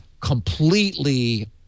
completely